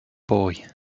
boy